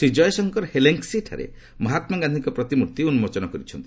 ଶ୍ରୀ ଜୟଶଙ୍କର ହେଲେସ୍କିଂଠାରେ ମହାତ୍ମା ଗାନ୍ଧୀଙ୍କ ପ୍ରତିମୂର୍ତ୍ତି ଉନ୍କୋଚନ କରିଛନ୍ତି